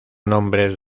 nombres